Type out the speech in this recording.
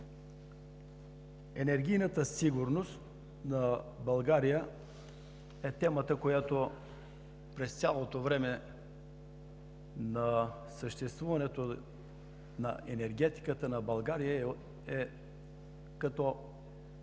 Енергийната сигурност на България е темата, която през цялото време на съществуването на енергетиката на България е като